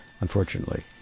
unfortunately